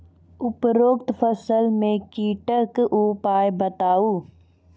उपरोक्त फसल मे कीटक उपाय बताऊ?